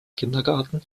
kindergarten